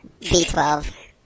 B12